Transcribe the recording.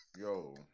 Yo